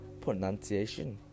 pronunciation